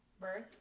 birth